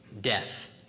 death